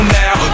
now